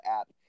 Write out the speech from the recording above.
app